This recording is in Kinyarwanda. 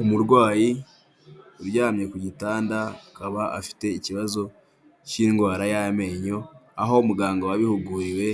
Umurwayi uryamye ku gitanda akaba afite ikibazo cy'indwara y'amenyo, aho muganga wabihuguriwe